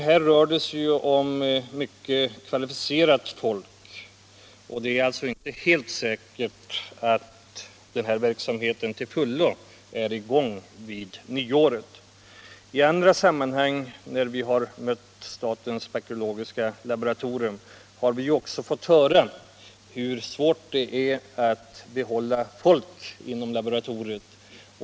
Här är det fråga om mycket kvalificerat folk. Det är alltså inte helt säkert att denna verksamhet till fullo kan vara i gång vid nyåret 1978. I andra sammanhang har vi fått höra hur svårt det är att behålla personal vid laboratoriet.